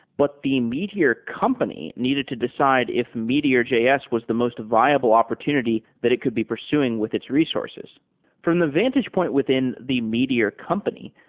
but the meteor company needed to decide if meteor js was the most viable opportunity that it could be pursuing with its resources from the vantage within the meteor company,